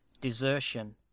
desertion